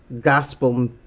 gospel